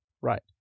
Right